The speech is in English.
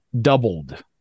doubled